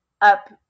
up